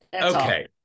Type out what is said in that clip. Okay